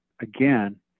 again